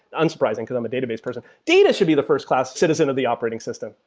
unsurprising, because i'm a database person. data should be the first-class citizen of the operating system,